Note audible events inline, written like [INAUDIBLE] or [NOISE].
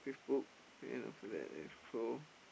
Facebook [NOISE]